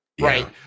right